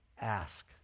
ask